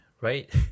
right